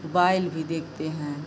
mobile भी देखते हैं